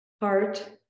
heart